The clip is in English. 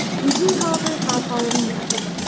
we do, however, have halloween fest,